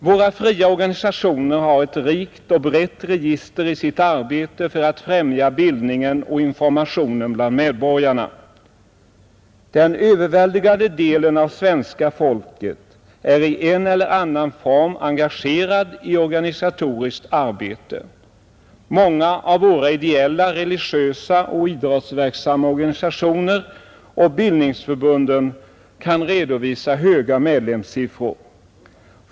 Våra fria organisationer har ett rikt och brett register i sitt arbete för att främja ildningen och informationen bland medborgarna. Den övervägande delen av svenska folket är i en eller annan form engagerad i organisatoriskt arbete. Många av våra ideella, religiösa och idrottsligt verksamma organisationer samt bildningsförbunden kan redovisa höga medlemssiffror.